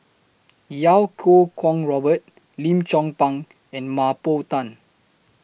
Iau Kuo Kwong Robert Lim Chong Pang and Mah Bow Tan